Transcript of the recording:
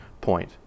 point